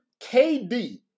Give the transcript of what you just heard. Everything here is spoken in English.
KD